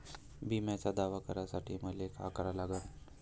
बिम्याचा दावा करा साठी मले का करा लागन?